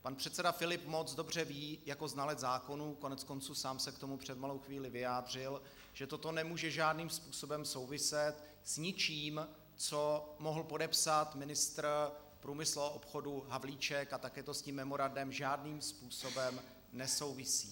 Pan předseda Filip moc dobře ví jako znalec zákonů, koneckonců sám se k tomu před malou chvílí vyjádřil, že toto nemůže žádným způsobem souviset s ničím, co mohl podepsat ministr průmyslu a obchodu Havlíček, a také to s tím memorandem žádným způsobem nesouvisí.